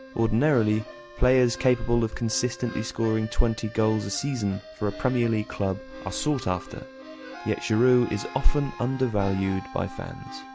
ordinarily players capable of consistently scoring twenty goals a season for a premier league club are sought after yet giroud is often undervalued by fans.